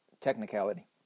technicality